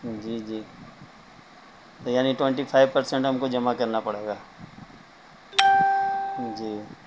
جی جی تو یعنی ٹونٹی فائیو پرسینٹ ہم کو جمع کرنا پڑے گا جی